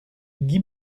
guy